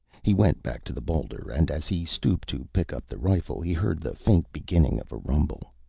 he went back to the boulder, and as he stooped to pick up the rifle, he heard the faint beginning of a rumble.